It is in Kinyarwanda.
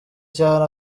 cyane